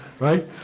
right